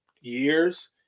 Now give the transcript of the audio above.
years